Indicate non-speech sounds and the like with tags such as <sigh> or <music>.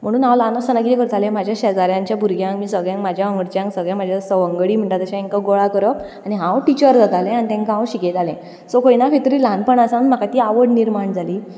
म्हणून हांव ल्हान आसतना कितें करतालें म्हजे शेजाऱ्यांच्या भुरग्यांक बीन सगळ्यांक म्हज्या वांगडच्यांक सगळ्यांक म्हजे संवकळी म्हणटा तशें तांकां <unintelligible> करप आनी हांव टिचर जातालें आनी तांकां हांव शिकयतालें सो खंय ना खंय तरी ल्हानपणा सावन म्हाका ती आवड निर्माण जाली